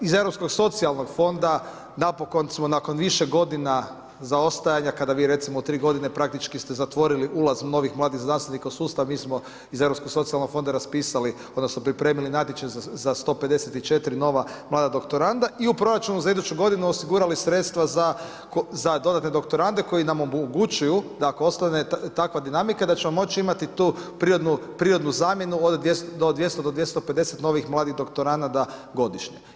Iz Europskog socijalnog fonda napokon smo nakon više godina zaostajanja kada vi recimo u tri godine praktički ste zatvorili ulaz novih mladih znanstvenika u sustav, mi smo iz Europskog socijalnog fonda pripremili natječaj za 154 nova mlada doktoranda i u proračunu za iduću godinu osigurali sredstva za dodatne doktorande koji nam omogućuju da ako ostane takva dinamika da ćemo moći imati tu prirodnu zamjenu od 200 do 250 novih mladih doktoranada godišnje.